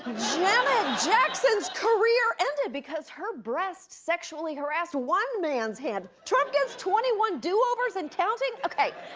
janet jackson's career ended because her breast sexually harassed one man's hand. trump gets twenty one do-overs and counting! okay,